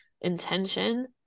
intention